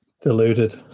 Deluded